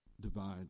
divide